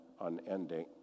unending